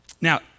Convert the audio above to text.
Now